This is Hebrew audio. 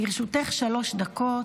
לרשותך שלוש דקות,